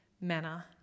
manner